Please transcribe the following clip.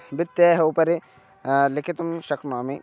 भित्तेः उपरि लिखितुं शक्नोमि